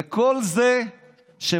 וכל זה כשבדרך